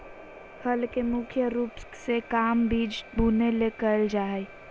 हल के मुख्य रूप से काम बिज बुने ले कयल जा हइ